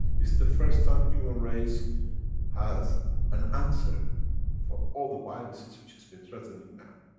it's the first time human race has an answer for all the viruses which has been threatening man,